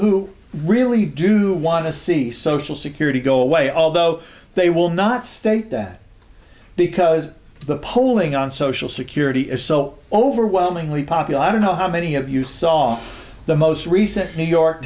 who really do want to see social security go away although they will not state that because the polling on social security is so overwhelmingly popular i don't know how many of you saw the most recent new york